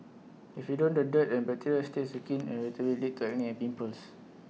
if you don't the dirt and bacteria that stays your skin and regularly turning and pimples